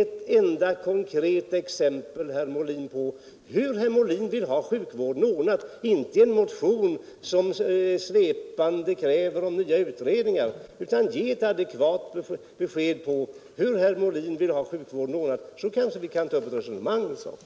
ett enda konkret exempel på hur herr Molin vill ha sjukvården ordnad — inte motionens svepande krav på nya utredningar utan ett adekvat besked om hur herr Molin vill ha sjukvården ordnad. Då kanske vi kan ta upp ett resonemang om saken.